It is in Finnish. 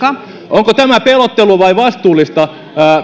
onko tämä pelottelua vai vastuullista